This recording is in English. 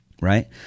right